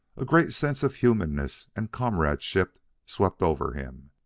a great sense of humanness and comradeship swept over him.